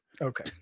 Okay